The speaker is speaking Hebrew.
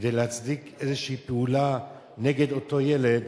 כדי להצדיק איזו פעולה נגד אותו ילד,